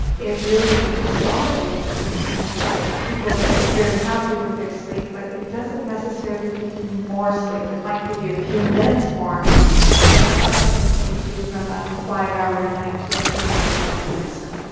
it really consolidates sleep and people get very happy with their sleep but it doesn't necessarily give you more sleep. it might give you a few minutes more but it's not going to change you from a five hour a night to an eight hour a night person.